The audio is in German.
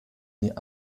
die